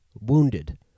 wounded